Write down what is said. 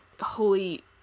holy